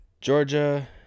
Georgia